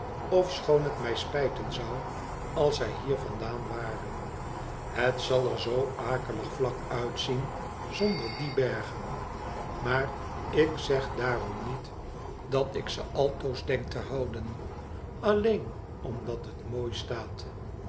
ofschoon het mij spijten zon als zij hier vandaan waren het zal er zoo akelig vlak uitzien zonder die bergen maar ik zeg daarom niet dat ik ze aloos denk te houden alleen omdat het mooi staat